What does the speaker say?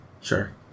sure